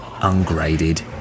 ungraded